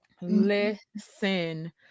listen